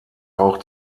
auch